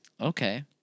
Okay